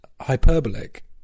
hyperbolic